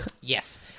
Yes